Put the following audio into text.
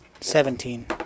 seventeen